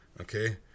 okay